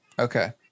Okay